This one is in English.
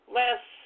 less